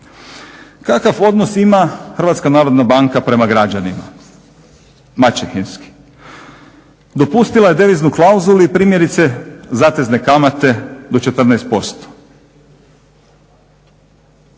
Kakav odnos ima HNB prema građanima? Maćehinski. Dopustila je deviznu klauzulu i primjerice zatezne kamate do 14%.